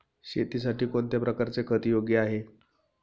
शेतीसाठी कोणत्या प्रकारचे खत योग्य आहे?